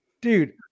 Dude